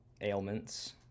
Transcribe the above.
ailments